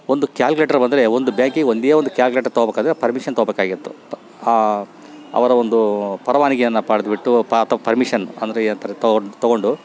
ಒಂದು ಕ್ಯಾಲ್ಕ್ಲೆಟ್ರ್ ಬಂದರೆ ಒಂದು ಬ್ಯಾಂಕಿಗೆ ಒಂದೇ ಒಂದು ಕ್ಯಾಲ್ಕ್ಲೆಟ್ರ್ ತಗೋಬೇಕಾದ್ರೆ ಪರ್ಮಿಷನ್ ತಗೊಬೇಕಾಗಿತ್ತು ಅವರ ಒಂದು ಪರವಾನಿಗೆಯನ್ನು ಪಡೆದ್ಬಿಟ್ಟು ಪರ್ಮಿಷನ್ ಅಂದರೆ ಏನಂತಾರೆ ತಗೊಂಡು ತಗೊಂಡು